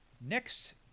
next